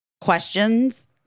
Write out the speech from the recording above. questions